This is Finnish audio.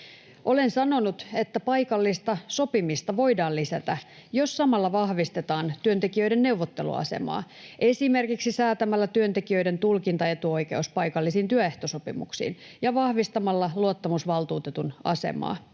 Olen sanonut, että paikallista sopimista voidaan lisätä, jos samalla vahvistetaan työntekijöiden neuvotteluasemaa, esimerkiksi säätämällä työntekijöiden tulkintaetuoikeus paikallisiin työehtosopimuksiin ja vahvistamalla luottamusvaltuutetun asemaa.